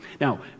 Now